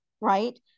right